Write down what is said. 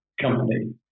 company